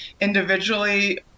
individually